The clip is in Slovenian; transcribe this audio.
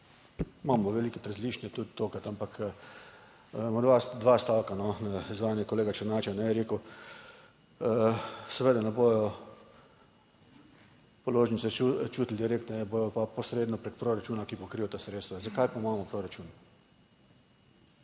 Imamo velikokrat različne, tudi tokrat, ampak morda dva stavka, no, na izvajanje kolega Černača, ne, je rekel, seveda ne bodo položnice čutili direktne, bodo pa posredno preko proračuna, ki pokriva ta sredstva. Zakaj pa imamo proračun?